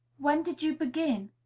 when did you begin?